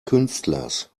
künstlers